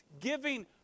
giving